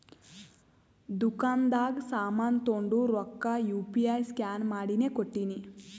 ದುಕಾಂದಾಗ್ ಸಾಮಾನ್ ತೊಂಡು ರೊಕ್ಕಾ ಯು ಪಿ ಐ ಸ್ಕ್ಯಾನ್ ಮಾಡಿನೇ ಕೊಟ್ಟಿನಿ